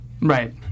Right